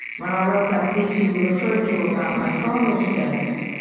when i wrote that piece you referred to about my father's death,